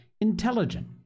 intelligent